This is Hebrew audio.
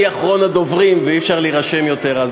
אני אחרון הדוברים ואי-אפשר להירשם יותר,